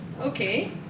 Okay